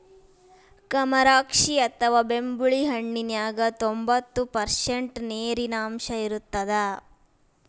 ಕಮರಾಕ್ಷಿ ಅಥವಾ ಬೆಂಬುಳಿ ಹಣ್ಣಿನ್ಯಾಗ ತೋಭಂತ್ತು ಪರ್ಷಂಟ್ ನೇರಿನಾಂಶ ಇರತ್ತದ